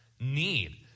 need